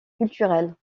culturels